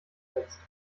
besetzt